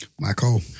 Michael